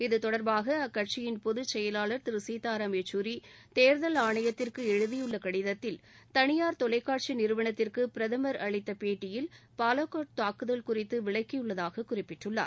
இதுதொடர்பாக அக்கட்சியின் பொதுச்செயலாளர் திரு சீத்தாராம் யெச்சூரி தேர்தல் ஆணையத்திற்கு எழுதியுள்ள கடிதத்தில் தனியார் தொலைக்காட்சி நிறுவனத்திற்கு பிரதமர் அளித்த பேட்டியில் பாலகோட் தாக்குதல் குறித்து விளக்கியுள்ளதாக குறிப்பிட்டுள்ளார்